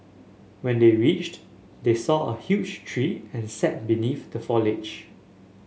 when they reached they saw a huge tree and sat beneath the foliage